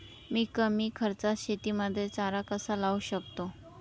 मी कमी खर्चात शेतीमध्ये चारा कसा लावू शकतो?